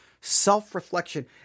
self-reflection